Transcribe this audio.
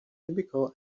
typical